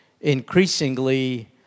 increasingly